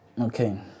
Okay